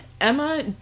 Emma